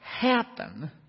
happen